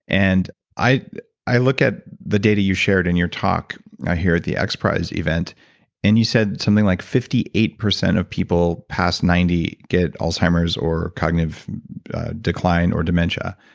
and i i look at the data you shared in your talk i hear at the x prize event and you said something like fifty eight percent of people past ninety get alzheimer's or cognitive decline or dementia,